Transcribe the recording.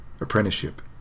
apprenticeship